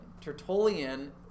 Tertullian